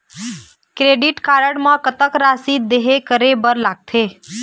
Credit card म कतक राशि देहे करे बर लगथे?